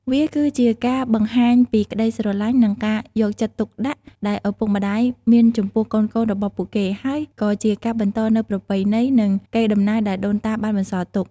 វាគឺជាការបង្ហាញពីក្តីស្រឡាញ់ និងការយកចិត្តទុកដាក់ដែលឪពុកម្តាយមានចំពោះកូនៗរបស់ពួកគេ ហើយក៏ជាការបន្តនូវប្រពៃណី និងកេរដំណែលដែលដូនតាបានបន្សល់ទុក។